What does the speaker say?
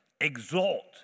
Exalt